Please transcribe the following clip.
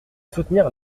soutenir